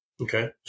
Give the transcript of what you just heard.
Okay